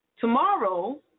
tomorrow